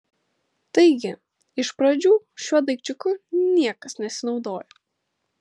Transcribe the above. taigi iš pradžių šiuo daikčiuku niekas nesinaudojo